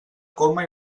coma